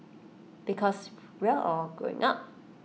because we all growing up